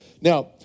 Now